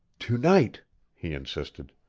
to-night, he insisted.